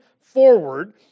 forward